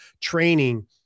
training